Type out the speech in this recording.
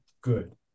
good